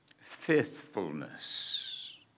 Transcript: faithfulness